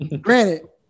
Granted